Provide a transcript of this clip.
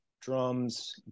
drums